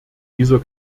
dieser